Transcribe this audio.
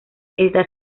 está